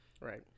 right